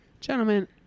Gentlemen